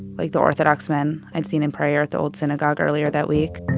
like the orthodox men i'd seen in prayer at the old synagogue earlier that week.